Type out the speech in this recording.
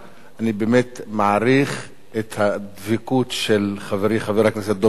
אני באמת מעריך את הדבקות של חברי חבר הכנסת דב חנין,